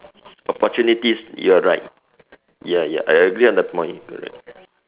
opportunities you are right ya ya I agree on that point correct